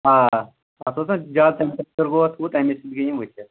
آ اَتھ اوس نہ زیادٕ گوٚو اَتھ گوٚو تَمی سۭتۍ گٔے یِم ؤتِتھ